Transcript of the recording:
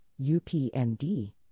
UPND